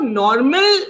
normal